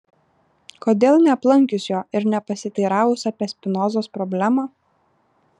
kodėl neaplankius jo ir nepasiteiravus apie spinozos problemą